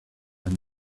when